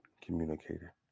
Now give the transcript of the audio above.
communicator